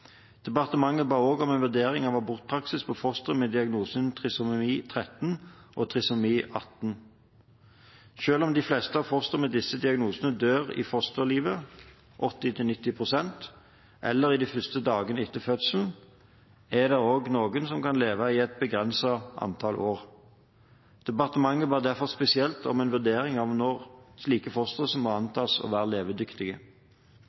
Departementet ba også om en vurdering av abortpraksis for fostre med diagnosene trisomi 13 og trisomi 18. Selv om de fleste fostre med disse diagnosene dør i fosterlivet – 80–90 pst. – eller i de første dagene etter fødselen, er det også noen som kan leve i et begrenset antall år. Departementet ba derfor spesielt om en vurdering av om når slike fostre må